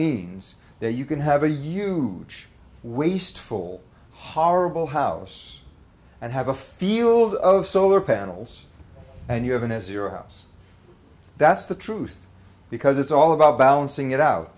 means that you can have a huge wasteful horrible house and have a field of solar panels and you have an as your house that's the truth because it's all about balancing it out